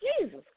Jesus